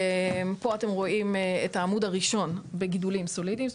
פה אתם רואים את העמוד הראשון בגידולים סולידיים,